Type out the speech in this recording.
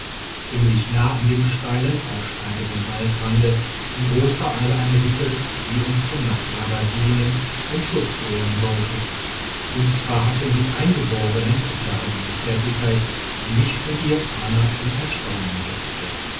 ziemlich nahe an dem steil aufsteigenden waldrande in grosser eile eine hütte die uns zum nachtlager dienen und schutz gewähren sollte und zwar hatten die eingeborenen darin eine fertigkeit die mich und die japaner in erstaunen setzte